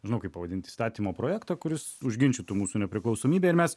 nežinau kaip pavadint įstatymo projektą kuris užginčytų mūsų nepriklausomybę ir mes